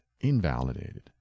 invalidated